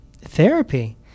Therapy